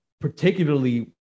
particularly